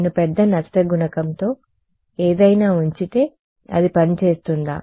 నేను పెద్ద నష్ట గుణకం తో ఏదైనా ఉంచితే అది పని చేస్తుందా